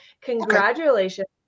congratulations